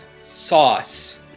sauce